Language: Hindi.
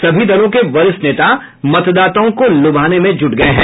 सभी दलों के वरिष्ठ नेता मतदाताओं को लुभाने में जुटे हुए हैं